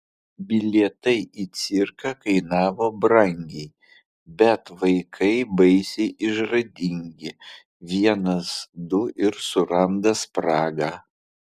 bilietai į cirką kainavo brangiai bet vaikai baisiai išradingi vienas du ir suranda spragą